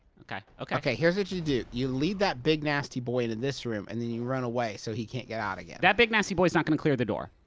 okay, okay. here's what you do. you lead that big, nasty boy into this room, and then you run away, so he can't get out again. that big nasty boy's not gonna clear the door.